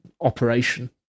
operation